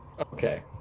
Okay